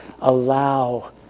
allow